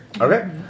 Okay